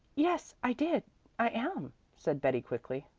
yes, i did i am, said betty quickly,